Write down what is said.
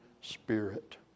spirit